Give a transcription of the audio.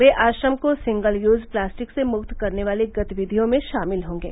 वे आश्रम को single use plastic से मुक्त करने वाली गतिविधियों में शामिल होंगे